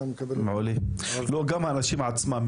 גם האנשים עצמם,